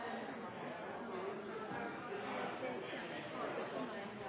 Jeg har